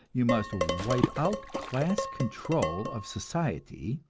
you must wipe out class control of society,